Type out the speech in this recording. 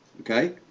okay